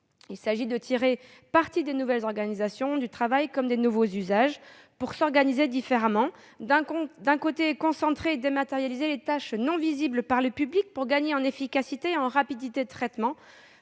Il s'agit de tirer parti des nouvelles organisations du travail comme des nouveaux usages pour s'organiser différemment : d'un côté, concentrer et dématérialiser les tâches non visibles par le public pour gagner en efficacité et en rapidité de traitement,